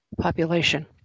population